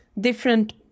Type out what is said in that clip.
different